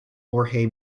jorge